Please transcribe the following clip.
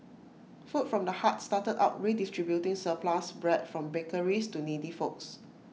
food from the heart started out redistributing surplus bread from bakeries to needy folks